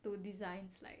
to designs like